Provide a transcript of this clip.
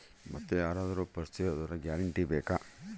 ಮತ್ತೆ ಯಾರಾದರೂ ಪರಿಚಯದವರ ಗ್ಯಾರಂಟಿ ಬೇಕಾ?